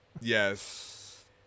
Yes